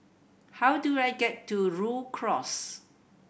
how do I get to Rhu Cross